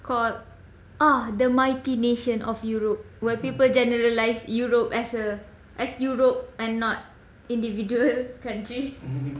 called ah the mighty nation of europe where people generalise europe as a as europe and not individual countries